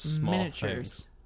miniatures